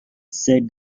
said